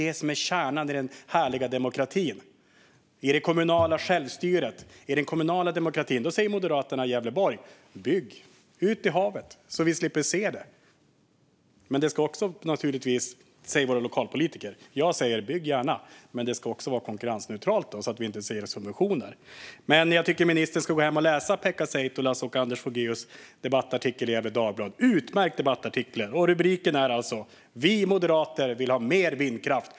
Det är kärnan i den härliga demokratin, i det kommunala självstyret. I den kommunala demokratin säger Moderaterna i Gävleborg: Bygg ut i havet så att vi slipper se! Så säger våra lokalpolitiker. Jag säger: Man ska gärna bygga, men det ska också vara konkurrensneutralt så att vi inte ser subventioner. Jag tycker att ministern ska gå hem och läsa Pekka Seitolas och Anders Fogeus debattartikel i Gefle Dagblad. Det är en utmärkt debattartikel. Rubriken är alltså "Vi Moderater vill ha mer vindkraft".